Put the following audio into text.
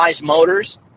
motors